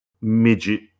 midget